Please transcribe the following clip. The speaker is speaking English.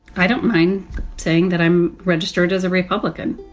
i don't mind saying that i'm registered as a republican